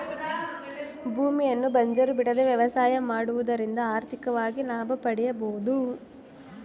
ಭೂಮಿಯನ್ನು ಬಂಜರು ಬಿಡದೆ ವ್ಯವಸಾಯ ಮಾಡುವುದರಿಂದ ಆರ್ಥಿಕವಾಗಿ ಲಾಭ ಪಡೆಯಬೋದು